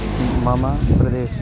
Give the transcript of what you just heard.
मम प्रदेशे